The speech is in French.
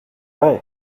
vrai